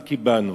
מה קיבלנו?